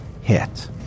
hit